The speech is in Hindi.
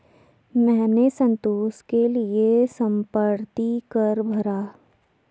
मैंने संतोष के लिए संपत्ति कर भरा